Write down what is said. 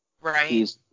Right